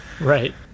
Right